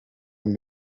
een